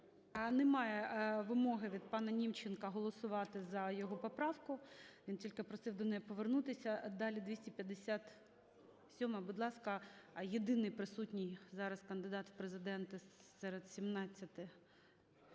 Немає вимоги від панаНімченка голосувати за його поправку, він тільки просив до неї повернутися. Далі 257-а. Будь ласка, єдиний присутній зараз кандидат в Президенти серед